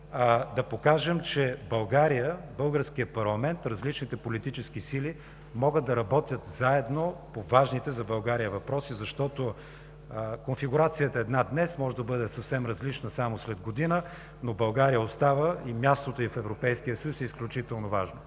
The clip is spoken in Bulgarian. да покажем, че България, българският парламент, различните политически сили могат да работят заедно по важните за България въпроси, защото конфигурацията е една днес – може да бъде съвсем различна само след година, но България остава и мястото й в Европейския съюз е изключително важно.